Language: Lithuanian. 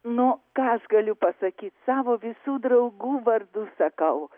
nu ką aš galiu pasakyt savo visų draugų vardu sakau